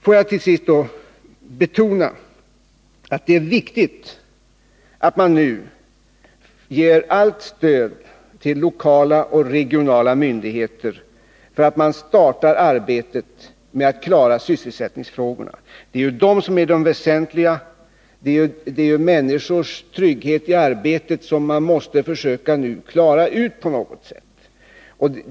Låt mig till sist betona att det är viktigt att nu ge allt stöd till lokala och regionala myndigheter när man startar arbetet med att klara sysselsättningsfrågorna. Det är ju dessa som är de väsentliga. Det är frågorna om människors trygghet i arbetet som man på något sätt måste försöka klara ut.